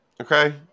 okay